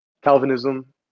Calvinism